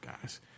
guys